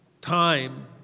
time